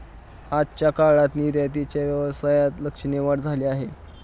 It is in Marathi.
आजच्या काळात निर्यातीच्या व्यवसायात लक्षणीय वाढ झाली आहे